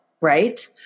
Right